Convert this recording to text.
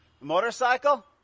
Motorcycle